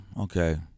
okay